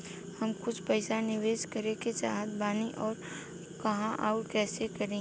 हम कुछ पइसा निवेश करे के चाहत बानी और कहाँअउर कइसे करी?